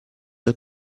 dal